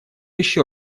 еще